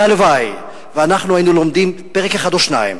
והלוואי שאנחנו היינו לומדים פרק אחד או שניים